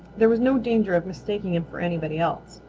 there was no danger of mistaking him for anybody else,